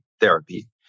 therapy